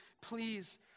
please